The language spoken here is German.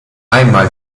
einmal